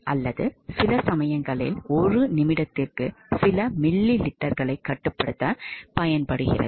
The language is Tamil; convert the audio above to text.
அல்லது சில சமயங்களில் ஒரு நிமிடத்திற்கு சில மில்லிலிட்டர்களைக் கட்டுப்படுத்தப் பயன்படுகிறது